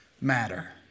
matter